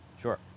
Sure